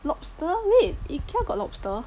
lobster wait Ikea got lobster